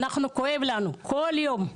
אנחנו כואב לנו כל יום.